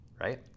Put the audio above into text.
right